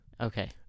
okay